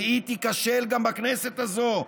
והיא תיכשל גם בכנסת הזו.